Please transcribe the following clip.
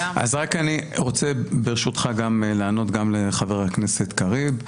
אז רק אני רוצה, ברשותך, לענות לחבר הכנסת קריב.